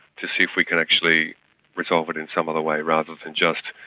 to see if we could actually resolve it in some other way, rather than just,